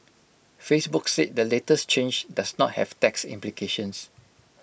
Facebook said the latest change does not have tax implications